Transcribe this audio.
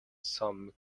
some